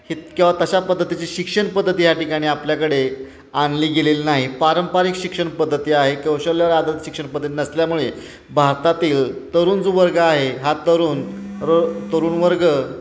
हित किंवा तशा पद्धतीची शिक्षण पद्धती ह्या ठिकाणी आपल्याकडे आणली गेलेली नाही पारंपारिक शिक्षण पद्धती आहे कौशल्यवादक शिक्षण पद्धती नसल्यामुळे भारतातील तरुण जो वर्ग आहे हा तरुण र तरुण वर्ग